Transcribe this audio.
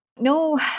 no